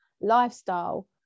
lifestyle